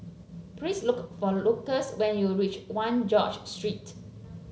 please look for Lucius when you reach One George Street